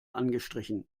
angestrichen